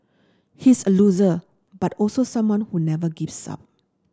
he's a loser but also someone who never gives up